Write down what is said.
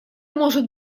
может